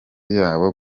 yabo